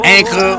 Anchor